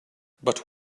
but